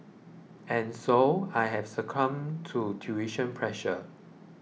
and so I have succumbed to tuition pressure